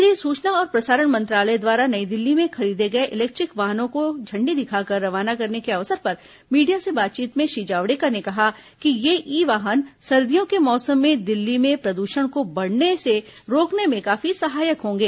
केंद्रीय सूचना और प्रसारण मंत्रालय द्वारा नई दिल्ली में खरीदे गए इलेक्ट्रिक वाहनों को झंडी दिखाकर रवाना करने के अवसर पर मीडिया से बातचीत में श्री जावड़ेकर ने कहा कि ये ई वाहन सर्दियों के मौसम में दिल्ली में प्रदूषण को बढ़ने से रोकने में काफी सहायक होंगे